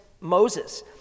Moses